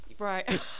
Right